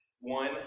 One